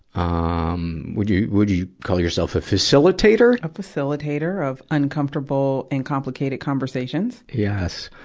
um, would you, would you call yourself a facilitator? a facilitator of uncomfortable and complicated conversations. yes.